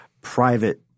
private